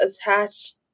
attached